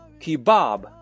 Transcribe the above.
Kebab